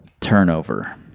turnover